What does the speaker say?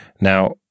Now